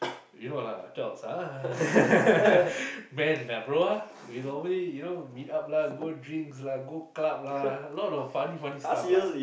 you know lah adults ah men lah bro ah we normally you know meet up lah go drinks lah go club lah a lot of funny funny stuff lah